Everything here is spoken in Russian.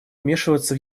вмешиваться